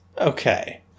Okay